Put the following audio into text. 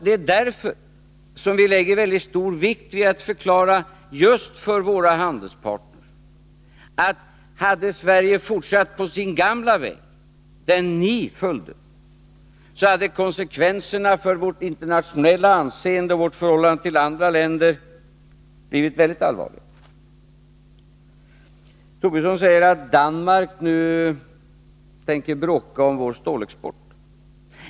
Det är därför som vi lägger väldigt stor vikt vid att förklara just för våra handelspartner, att hade Sverige fortsatt på sin gamla väg — den ni följde — hade konsekvenserna för vårt internationella anseende i förhållande till andra länder blivit mycket allvarliga. Lars Tobisson säger att Danmark nu tänker bråka om vår stålexport.